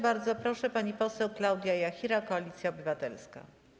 Bardzo proszę, pani poseł Klaudia Jachira, Koalicja Obywatelska.